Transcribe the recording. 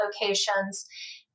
locations